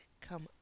Come